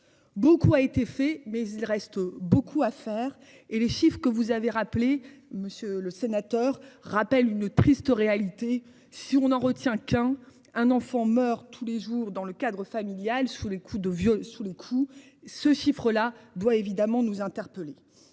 Beaucoup a été fait mais il reste beaucoup à faire et les chiffres que vous avez rappelé monsieur le sénateur, rappelle une triste réalité, si on en retient quand un enfant meurt tous les jours dans le cadre familial sous les coups de vieux sous le coup, ce chiffre-là doit évidemment nous interpeller.